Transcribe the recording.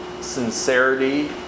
sincerity